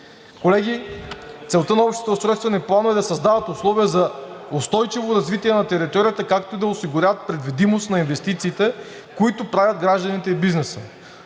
Колеги, целта на общите устройствени планове е да създават условия за устойчиво развитие на територията, както и да осигуряват предвидимост на инвестициите, които правят гражданите и бизнесът.